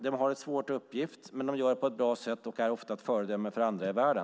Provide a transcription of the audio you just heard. De har en svår uppgift, men de utför den på ett bra sätt och är ofta ett föredöme för andra i världen.